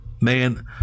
Man